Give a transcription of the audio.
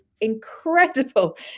incredible